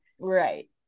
Right